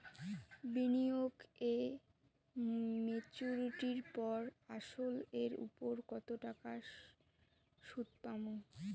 বিনিয়োগ এ মেচুরিটির পর আসল এর উপর কতো টাকা সুদ পাম?